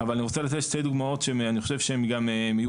אבל אני רוצה לתת שתי דוגמאות שאני חושב שהן גם מיוחדות.